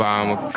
I'ma